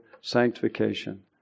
sanctification